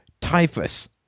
typhus